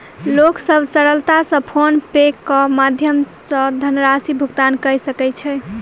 लोक सभ सरलता सॅ फ़ोन पे के माध्यम सॅ धनराशि भुगतान कय सकै छै